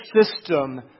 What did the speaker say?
system